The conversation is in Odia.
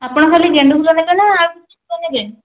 ଆପଣ ଖାଲି ଗେଣ୍ଡୁ ଫୁଲ ନେବେ ନା ଆଉ କିଛି ଫୁଲ ନେବେ